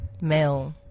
male